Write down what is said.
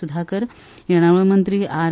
सुधाकर येणावळ मंत्री आर